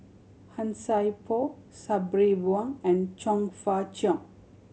Han Sai Por Sabri Buang and Chong Fah Cheong